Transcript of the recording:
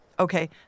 Okay